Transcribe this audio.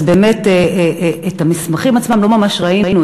אז באמת את המסמכים עצמם לא ממש ראינו,